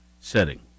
setting